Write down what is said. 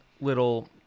little